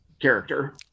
character